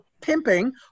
pimping